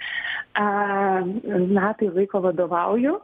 aaa metai laiko vadovauju